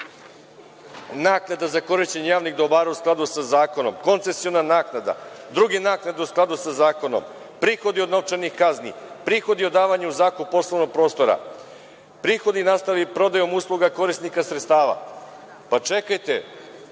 naknada za korišćenje javnih dobara u skladu sa zakonom, koncesiona naknada, druge naknade u skladu sa zakonom, prihodi od novčanih kazni, prihodi o davanju u zakup poslovnog prostora, prihodi nastali prodajom usluga korisnika sredstava. Pa čekajte,